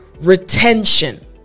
Retention